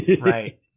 Right